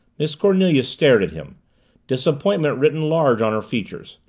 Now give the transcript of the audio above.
miss cornelia stared at him disappointment written large on her features.